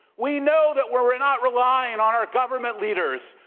we know that we're not relying on our government leaders.